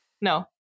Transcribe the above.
No